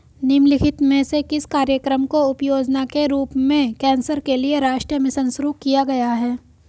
निम्नलिखित में से किस कार्यक्रम को उपयोजना के रूप में कैंसर के लिए राष्ट्रीय मिशन शुरू किया गया है?